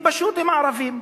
כי פשוט הם ערבים